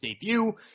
debut